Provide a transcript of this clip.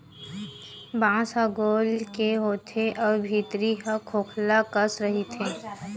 बांस ह गोल के होथे अउ भीतरी ह खोखला कस रहिथे